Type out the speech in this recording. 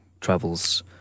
travels